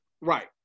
right